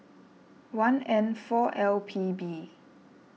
one N four L P B